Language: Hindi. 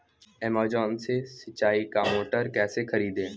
अमेजॉन से सिंचाई का मोटर कैसे खरीदें?